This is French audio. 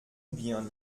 bien